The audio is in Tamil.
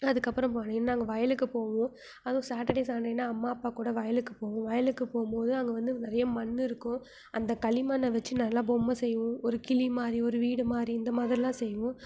அதுக்கப்புறம் நாங்கள் வயலுக்கு போவோம் அதுவும் சாட்டர்டே சன்டேனால் அம்மா அப்பாகூட வயலுக்குப் போவோம் வயலுக்குப் போகும்போது அங்கே வந்து நிறைய மண்ணுருக்கும் அந்த களி மண்ணை வச்சு நல்லா பொம்மை செய்வோம் ஒரு கிளி மாதிரி ஒரு வீடு மாதிரி இந்த மாதிரில்லாம் செய்வோம்